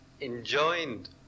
enjoined